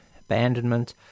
abandonment